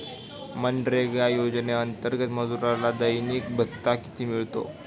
मनरेगा योजनेअंतर्गत मजुराला दैनिक भत्ता किती मिळतो?